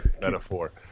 metaphor